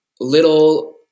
little